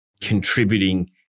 contributing